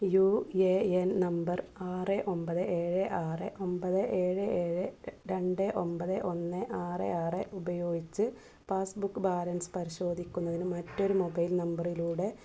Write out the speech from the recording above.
U A N number ആറ് ഒമ്പത് ഏഴ് ആറ് ഒമ്പത് ഏഴ് ഏഴ് രണ്ട് ഒമ്പത് ഒന്ന് ആറ് ആറ് ഉപയോഗിച്ച് പാസ്ബുക്ക് ബാലൻസ് പരിശോധിക്കുന്നതിന് മറ്റൊരു മൊബൈൽ നമ്പറിലൂടെ